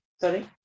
sorry